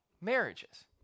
marriages